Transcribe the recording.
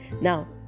Now